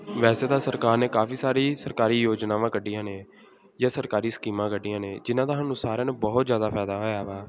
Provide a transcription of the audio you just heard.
ਵੈਸੇ ਤਾਂ ਸਰਕਾਰ ਨੇ ਕਾਫੀ ਸਾਰੀ ਸਰਕਾਰੀ ਯੋਜਨਾਵਾਂ ਕੱਢੀਆਂ ਨੇ ਜਾਂ ਸਰਕਾਰੀ ਸਕੀਮਾਂ ਕੱਢੀਆਂ ਨੇ ਜਿਨ੍ਹਾਂ ਦਾ ਸਾਨੂੰ ਸਾਰਿਆਂ ਨੂੰ ਬਹੁਤ ਜ਼ਿਆਦਾ ਫਾਇਦਾ ਹੋਇਆ ਵਾ